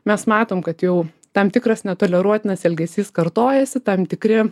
mes matom kad jau tam tikras netoleruotinas elgesys kartojasi tam tikri